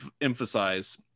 emphasize